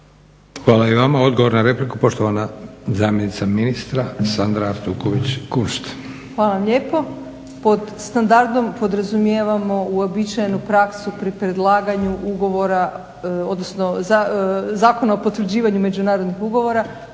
Hvala i vama. Odgovor na repliku, poštovana zamjenica ministra Sandra Artuković-Kunšt. **Artuković Kunšt, Sandra** Hvala lijepo. Pod standardom podrazumijevamo uobičajenu praksu pri predlaganju ugovora odnosno zakona o potvrđivanju međunarodnih ugovora